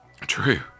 True